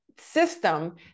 system